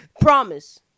Promise